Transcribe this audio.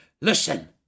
listen